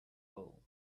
hole